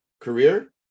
career